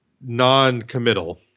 non-committal